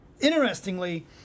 interestingly